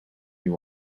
you